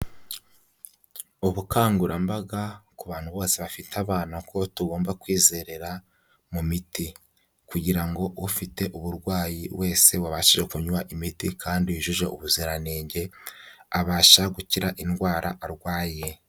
Ubukangurambaga ku bantu bose bafite abana ko tugomba kwizerera mu miti, kugira ngo ufite uburwayi wese wabashije kunywa imiti kandi yujuje ubuziranenge, abasha gukira indwara arwaye.